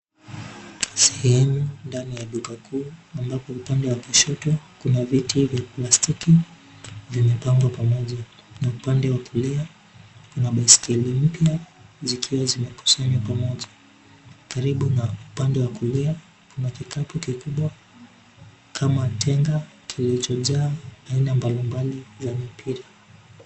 Sehemu ndani ya duka kuu, ambapo upande wa kushoto kuna viti via plastiki, vimepangwa pamoja na upande wa kulia kuna baiskeli mpya zikiwa zimekusanywa pamoja. Karibu na upande wa kulia, kuna kikapu kikubwa kama ntenga kilichojaa aina mbali mbali za mipira.